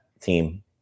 team